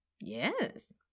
Yes